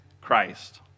Christ